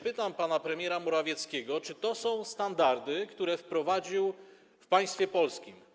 Pytam pana premiera Morawieckiego, czy to są standardy, które wprowadził w państwie polskim.